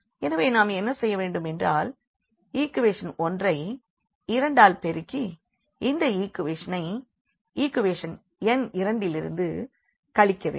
எனவே நாம் என்ன செய்ய வேண்டும் என்றால் ஈக்குவேஷன் 1 ஐ 2 ஆல் பெருக்கி இந்த ஈக்குவேஷனை ஈக்குவேஷன் எண் 2 இலிருந்து கழிக்க வேண்டும்